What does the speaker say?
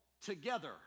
together